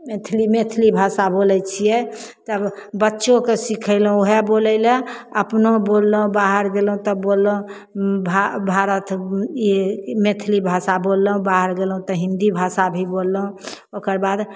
मैथिली मैथिली भाषा बोलय छियै तब बच्चोके सिखेलहुँ ओएह बोलय लए आओर अपनो बोललहुँ बाहर गेलहुँ तऽ बोललहुँ भा भारत ई मैथिली भाषा बोललहुँ बाहर गेलहुँ तऽ हिन्दी भाषा भी बोललहुँ ओकर बाद